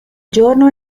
giorno